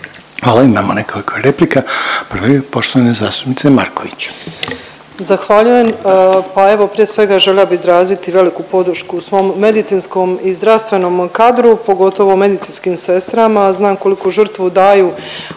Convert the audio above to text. Hvala. Imamo nekoliko replika. Prva je poštovane zastupnice Marković.